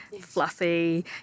fluffy